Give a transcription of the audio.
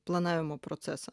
planavimo procesą